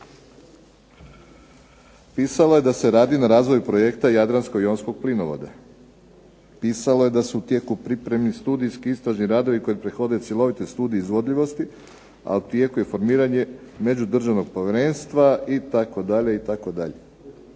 pisalo je da se radi na izradi projekta Jadranko-jonskog plinovoda. Pisalo je da su u tijeku pripremni studijski istražni radovi koji prethode cjeloviti studij izvodljivosti a u tijeku je formiranje međudržavnog povjerenstva itd. U